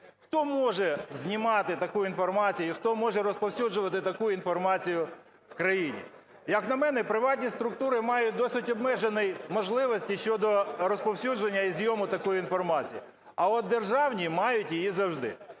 Хто може знімати таку інформацію, і хто може розповсюджувати таку інформацію в країні? Як на мене, приватні структури мають досить обмежені можливості, щодо розповсюдження і зйому такої інформації, а от державні мають її завжди.